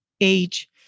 age